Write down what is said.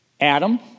Adam